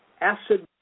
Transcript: acid